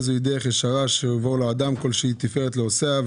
איזוהי דרך ישרה שיבר לו האדם?/ כל שהיא תפארת לעושיה,